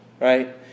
right